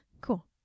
Cool